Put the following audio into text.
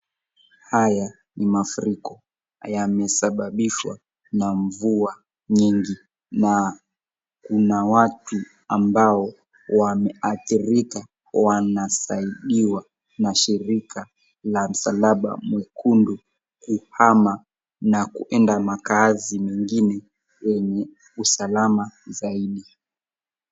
Haya ni mafuriko yamesabishwa na mvua nyingi na kuna watu ambao wameathirika wanasaidiwa na shirika la msalaba mwekundu kuhama na kuenda makazi mengine wenye usalama saidi.